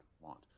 want